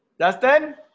Justin